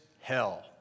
hell